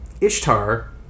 Ishtar